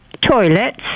toilets